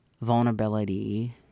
vulnerability